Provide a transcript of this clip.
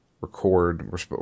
record